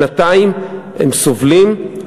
שנתיים הם סובלים,